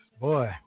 Boy